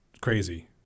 crazy